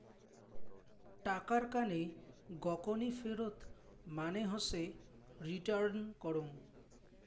টাকার কানে গকনি ফেরত মানে হসে রিটার্ন করং